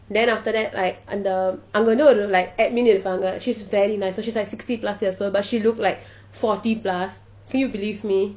then after that like அந்த அங்கு ஒரு:antha anku oru like admin இருக்காங்க:irukkanga she's very nice so she's like sixty plus years old but she look like forty plus can you believe me